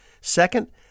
second